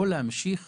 או להמשיך